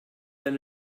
than